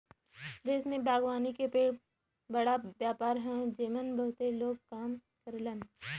देश में बागवानी के बड़ा व्यापार हौ जेमन बहुते लोग काम करलन